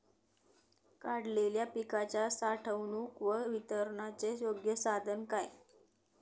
काढलेल्या पिकाच्या साठवणूक व वितरणाचे योग्य साधन काय?